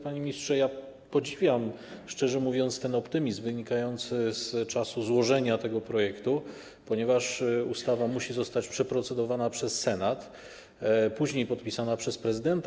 Panie ministrze, podziwiam, szczerze mówiąc, ten optymizm wynikający z czasu złożenia tego projektu, ponieważ ustawa musi zostać przeprocedowana przez Senat, później podpisana przez prezydenta.